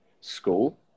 school